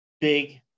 big